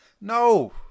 No